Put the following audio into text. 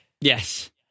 Yes